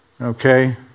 Okay